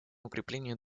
укрепления